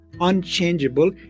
unchangeable